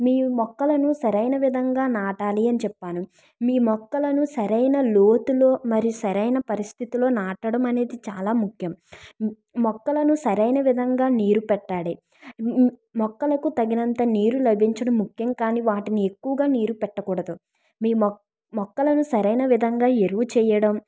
మీ మొక్కలను సరైన విధంగా నాటాలి అని చెప్పాను మీ మొక్కలను సరైన లోతులో మరి సరైన పరిస్థితిలో నాటడం అనేది చాలా ముఖ్యం మొక్కలను సరైన విధంగా నీరు పెట్టాలి మొక్కలకు తగినంత నీరు లభించడం ముఖ్యం కానీ వాటిని ఎక్కువగా నీరు పెట్టకూడదు మీ మొక్క మొక్కలను సరైన విధంగా ఎరువు చేయడం